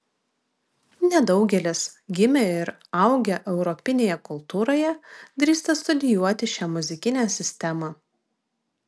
nedaugelis gimę ir augę europinėje kultūroje drįsta studijuoti šią muzikinę sistemą